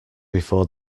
before